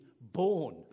born